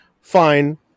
Fine